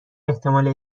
احتمال